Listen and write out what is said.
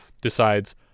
decides